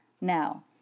Now